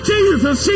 Jesus